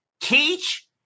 teach